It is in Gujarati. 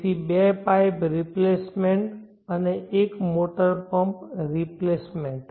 તેથી બે પાઇપ રિપ્લેસમેન્ટઅને એક મોટર પમ્પ સેટ રિપ્લેસમેન્ટ